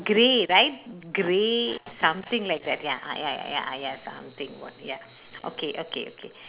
grey right grey something like that ya ah ya ya ya ah ya something what ya okay okay okay